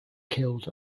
killed